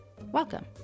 Welcome